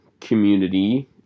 community